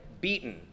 beaten